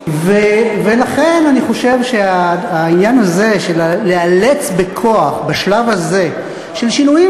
לכן אני חושב שהעניין הזה של לאלץ בכוח בשלב הזה שינויים